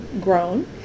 grown